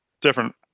different